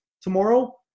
tomorrow